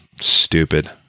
Stupid